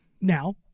Now